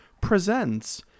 presents